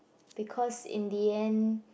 because in the end